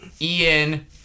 Ian